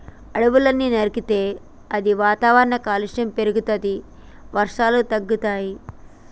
అడవుల్ని నరికితే అది వాతావరణ కాలుష్యం పెరుగుతది, వర్షాలు తగ్గుతయి